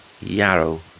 yarrow